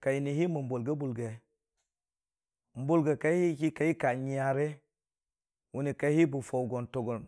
kai ni hinin mən bulgə bulgi, n'bulgə kai ki kai ka nyəre məni kaiye bə fəu go tungən